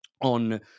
on